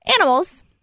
animals